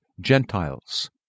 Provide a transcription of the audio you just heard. Gentiles